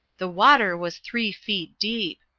the water was three feet deep.